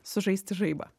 sužaisti žaibą